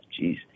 Jeez